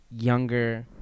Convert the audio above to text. younger